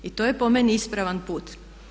I to je po meni ispravan put.